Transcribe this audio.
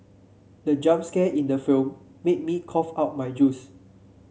the jump scare in the film made me cough out my juice